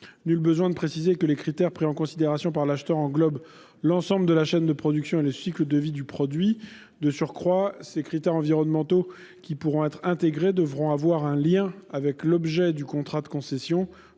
Nul besoin de préciser que les critères pris en considération par l'acheteur englobent l'ensemble de la chaîne de production et le cycle de vie du produit. De surcroît, ces critères environnementaux, qui pourront être intégrés, devront avoir un lien avec l'objet du contrat de concession,